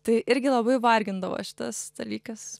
tai irgi labai vargindavo šitas dalykas